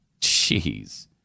jeez